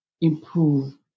improve